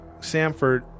Samford